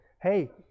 Hey